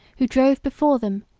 who drove before them,